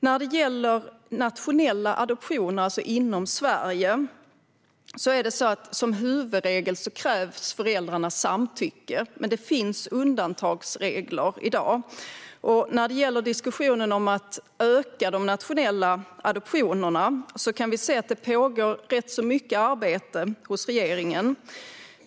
När det gäller nationella adoptioner, alltså inom Sverige, är huvudregeln att föräldrarnas samtycke krävs. Det finns dock undantagsregler i dag. När det gäller diskussionen om att öka de nationella adoptionerna kan vi se att det pågår rätt mycket arbete hos regeringen.